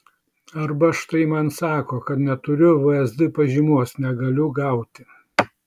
arba štai man sako kad neturiu vsd pažymos negaliu gauti